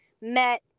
met